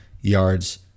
yards